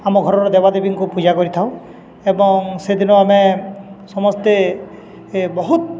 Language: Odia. ଆମ ଘରର ଦେବାଦେବୀଙ୍କୁ ପୂଜା କରିଥାଉ ଏବଂ ସେଦିନ ଆମେ ସମସ୍ତେ ବହୁତ